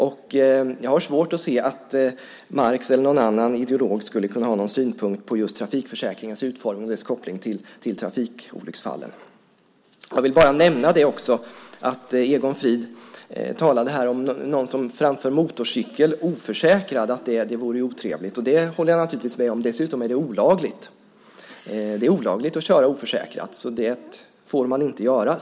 Jag har svårt att se att Marx eller någon annan ideolog skulle kunna ha någon synpunkt på just trafikförsäkringens utformning och dess koppling till trafikolycksfallen. Jag vill bara nämna också att Egon Frid talade om att om någon framför motorcykel oförsäkrad vore det otrevligt. Det håller jag naturligtvis med om. Dessutom är det olagligt. Det är olagligt att köra oförsäkrad. Det får man inte göra.